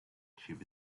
tube